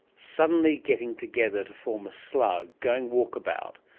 suddenly getting together to form a slug, going walkabout,